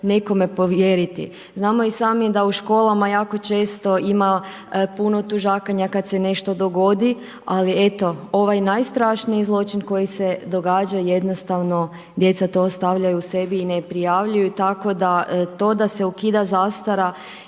nekome povjeriti. Znamo i sami da u školama jako često ima puno tužakanja kad se nešto dogodi, ali eto ovaj najstrašniji zločin koji se događa jednostavno djeca to ostavljaju u sebi i ne prijavljuju, tako da to da se ukida zastara